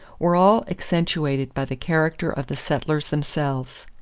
were all accentuated by the character of the settlers themselves.